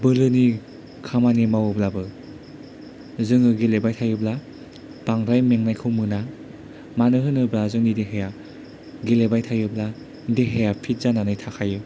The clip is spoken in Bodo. बोलोनि खामानि मावोब्लाबो जोङो गेलेबाय थायोब्ला बांद्राय मेंनायखौ मोना मानो होनोब्ला जोंनि देहाया गेलेबाय थायोब्ला देहाया फिट जानानै थाखायो